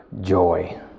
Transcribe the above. joy